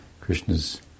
Krishna's